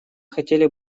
хотели